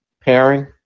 pairing